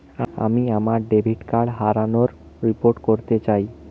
আমি আমার debit card হারানোর রিপোর্ট করতে চাই